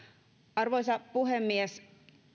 arvoisa puhemies